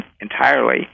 entirely